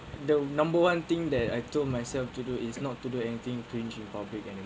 the number one thing that I told myself to do is not to do anything strange in public and